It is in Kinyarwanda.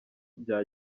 bya